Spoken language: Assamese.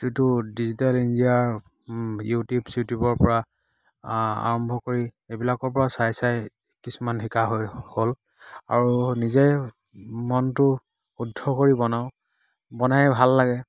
যিটো ডিজিটেল ইণ্ডিয়াৰ ইউটিউব চিউটিউবৰ পৰা আৰম্ভ কৰি এইবিলাকৰ পৰা চাই চাই কিছুমান শিকা হৈ হ'ল আৰু নিজে মনটো শুদ্ধ কৰি বনাওঁ বনাই ভাল লাগে